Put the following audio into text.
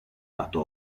lato